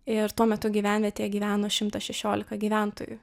ir tuo metu gyvenvietėje gyveno šimtas šešiolika gyventojų